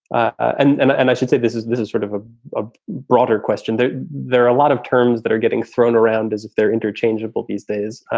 ah and ah and i should say this is this is sort of ah a broader question. there are a lot of terms that are getting thrown around as if they're interchangeable these days.